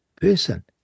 person